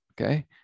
okay